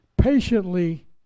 Patiently